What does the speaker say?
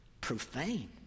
profane